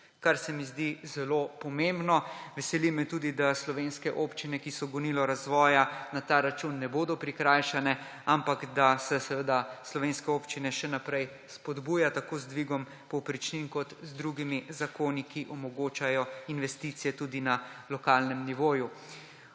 kar se mi zdi zelo pomembno. Veseli me tudi, da slovenske občine, ki so gonilo razvoja, na ta račun ne bodo prikrajšane, ampak da se seveda slovenske občine še naprej spodbuja z dvigom povprečnin kot z drugimi zakoni, ki omogočajo investicije tudi na lokalnem nivoju.